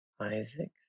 Isaac